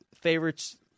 favorites